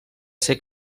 ser